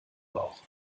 bauch